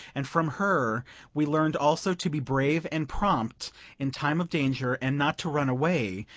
and from her we learned also to be brave and prompt in time of danger, and not to run away,